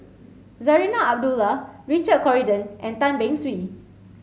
Zarinah Abdullah Richard Corridon and Tan Beng Swee